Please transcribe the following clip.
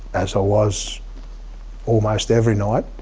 as i was almost every night,